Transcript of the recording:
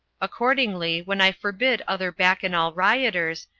accordingly, when i forbid other bacchanal rioters,